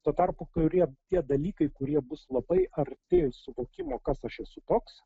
tuo tarpu kurie tie dalykai kurie bus labai arti suvokimo kas aš esu toks